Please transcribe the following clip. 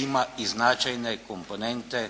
ima i značajne komponente